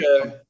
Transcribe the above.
okay